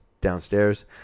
downstairs